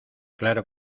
claro